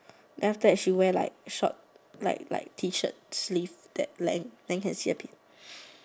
then after that she wear like short like like T shirt sleeve that length then can see a bit